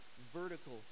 vertical